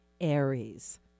Aries